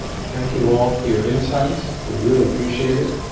thank you all for your insights. we really appreciate it.